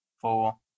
four